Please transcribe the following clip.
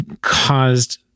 caused